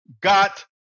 got